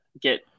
get